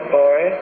boy